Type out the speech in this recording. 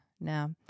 Now